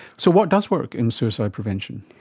so what does work in suicide prevention?